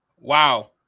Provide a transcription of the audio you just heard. wow